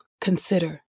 Consider